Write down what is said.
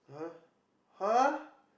!huh! !huh!